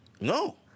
No